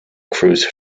cruise